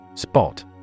Spot